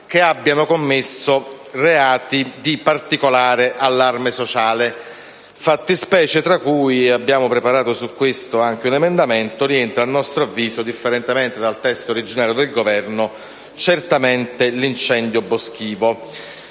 che abbiano commesso reati di particolare allarme sociale, fattispecie tra cui - abbiamo preparato su questo anche un emendamento - rientra a nostro avviso, differentemente dal testo originario del Governo, certamente l'incendio boschivo.